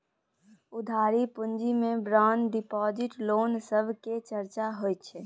उधारी पूँजी मे बांड डिपॉजिट, लोन सब केर चर्चा होइ छै